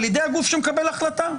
על ידי הגוף שמקבל החלטה.